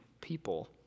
people